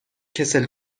کسل